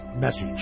message